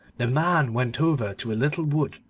the man went over to a little wood,